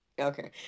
okay